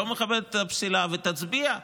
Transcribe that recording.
אני לא מכבדת את הפסילה, ותצביע.